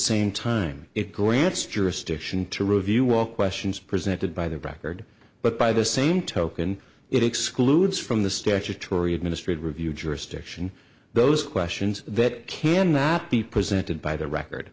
same time it grants jurisdiction to review walk questions presented by the record but by the same token it excludes from the statutory administrative review jurisdiction those questions that can not be presented by the record